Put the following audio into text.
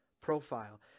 profile